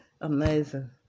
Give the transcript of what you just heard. Amazing